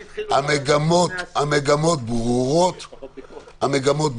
אלא שהסגר הזה לא עשה כלום וההדבקה היא